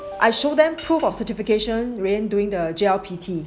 I show them proof of certification during the G_L_P_T